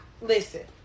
listen